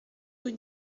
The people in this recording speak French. rue